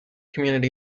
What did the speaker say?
community